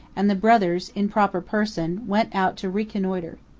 and the brothers, in proper person, went out to reconnoiter.